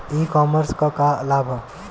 ई कॉमर्स क का लाभ ह?